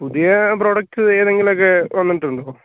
പുതിയ പ്രോഡക്റ്റ് ഏതെങ്കിലുമൊക്കെ വന്നിട്ടുണ്ടോ